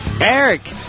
Eric